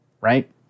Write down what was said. right